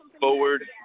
forward